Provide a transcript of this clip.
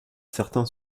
certain